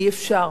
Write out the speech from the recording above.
אי-אפשר.